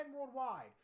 worldwide